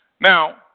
Now